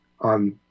on